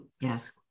Yes